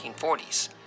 1940s